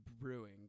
brewing